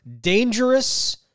dangerous